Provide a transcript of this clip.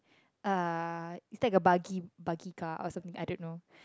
uh is like a buggy buggy car or something I don't know